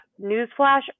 newsflash